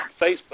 facebook